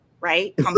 right